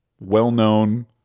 well-known